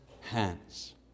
hands